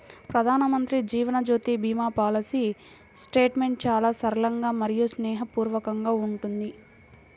ప్రధానమంత్రి Jeevan Jyoti Bima policy settlement చాలా సరళంగా మరియు స్నేహపూర్వకంగా ఉంటుంది